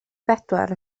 bedwar